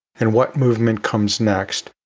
and what movement comes next,